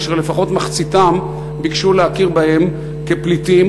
כאשר לפחות מחציתם ביקשו להכיר בהם כפליטים.